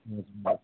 हजुर